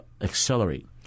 accelerate